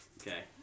Okay